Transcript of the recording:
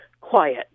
quiet